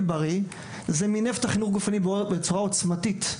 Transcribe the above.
בריא זה מינף את החינוך הגופני בצורה עוצמתית.